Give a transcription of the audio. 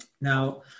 Now